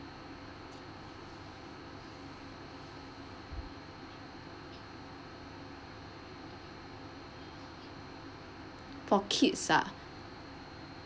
for kids ah